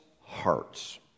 hearts